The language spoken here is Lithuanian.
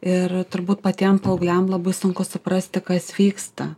ir turbūt patiem paaugliam labai sunku suprasti kas vyksta